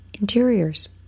Interiors